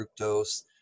fructose